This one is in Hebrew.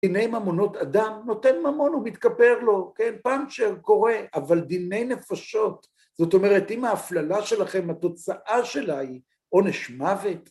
דיני ממונות אדם נותן ממון ומתכפר לו, כן? פאנצ'ר קורה, אבל דיני נפשות, זאת אומרת, אם ההפללה שלכם התוצאה שלה היא עונש מוות,